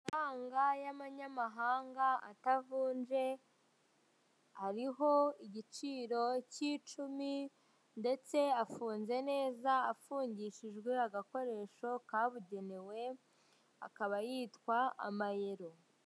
Amafaranga y'amanyamahanga atavunje, ariho igiciro cy'icumi, ndetse afunze neza afungishijwe agakoresho kabugenewe, akaba yitwa amayero.